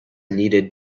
needed